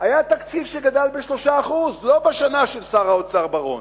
היה תקציב שגדל ב-3% לא בשנה של שר האוצר בר-און.